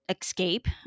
escape